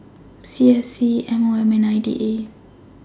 C S C M O M and I D A